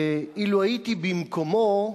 אילו הייתי במקומו,